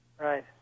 Right